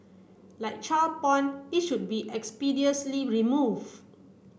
like child porn it should be expeditiously removed